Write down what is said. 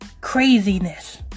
Craziness